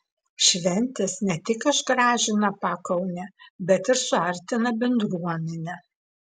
šventės ne tik išgražina pakaunę bet ir suartina bendruomenę